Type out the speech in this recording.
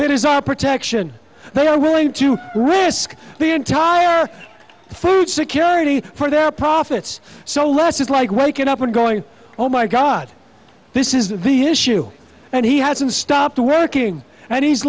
that is our protection they are willing to risk the entire food security for their profits so less is like waking up and going oh my god this is the his shoe and he hasn't stopped working and he's